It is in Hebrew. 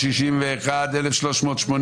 מתייחסת להסתייגויות 1360-1341,